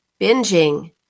Binging